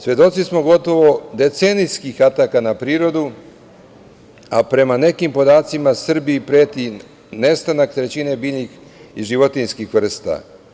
Svedoci smo gotovo decenijskih ataka na prirodu, a prema nekim podacima, Srbiji preti nestanak trećine biljnih i životinjskih vrsta.